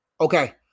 okay